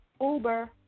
Uber